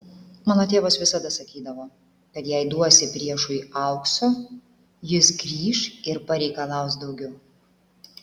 mano tėvas visada sakydavo kad jei duosi priešui aukso jis grįš ir pareikalaus daugiau